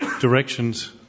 directions